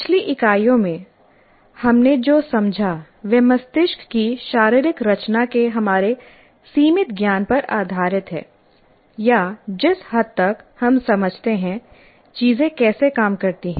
पिछली इकाइयों में हमने जो समझा वह मस्तिष्क की शारीरिक रचना के हमारे सीमित ज्ञान पर आधारित है या जिस हद तक हम समझते हैं चीजें कैसे काम करती हैं